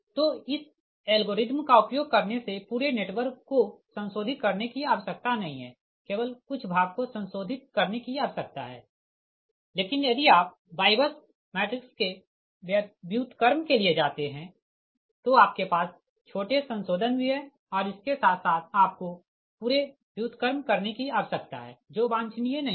तो इस एल्गोरिदम का उपयोग करने से पूरे नेटवर्क को संशोधित करने की आवश्यकता नही है केवल कुछ भाग को संशोधित करने की आवश्यकता हैलेकिन यदि आप YBUS मैट्रिक्स के व्युत्क्रम के लिए जाते है तो आपके पास छोटे संशोधन भी है और इसके साथ साथ आपको पूरे व्युत्क्रम करने की आवश्यकता है जो वांछनीय नहीं है